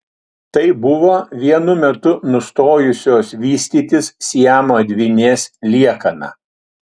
tai buvo vienu metu nustojusios vystytis siamo dvynės liekana